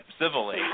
civilly